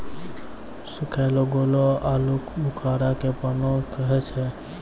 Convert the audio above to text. सुखैलो गेलो आलूबुखारा के प्रून कहै छै